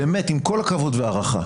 באמת עם כל הכבוד וההערכה,